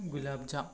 gulab jam